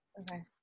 Okay